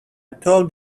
told